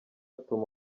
atuma